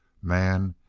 man,